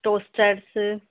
toasters